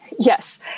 Yes